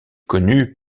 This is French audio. connue